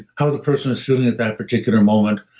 how the person is feeling at that particular moment,